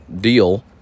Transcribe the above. deal